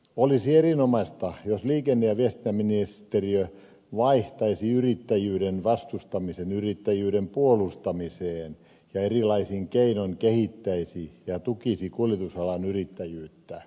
olisi erinomaista jos liikenne ja viestintäministeriö vaihtaisi yrittäjyyden vastustamisen yrittäjyyden puolustamiseen ja erilaisin keinoin kehittäisi ja tukisi kuljetusalan yrittäjyyttä